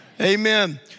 Amen